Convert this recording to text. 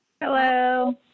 Hello